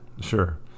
Sure